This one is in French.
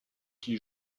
qui